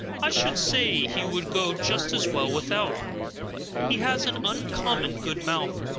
i should say he would go just as well without he has an uncommon good mouth,